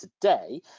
today